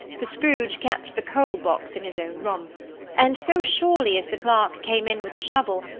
for scrooge kept the coal-box in his own room and so surely as the clerk came in with the shovel,